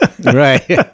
Right